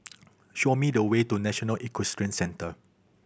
show me the way to National Equestrian Centre